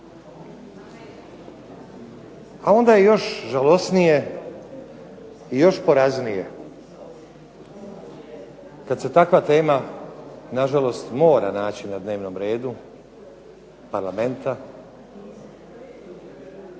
A onda je još žalosnije i još poraznije kad se takva tema nažalost mora naći na dnevnom redu parlamenta